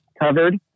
covered